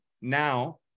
Now